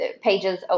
pages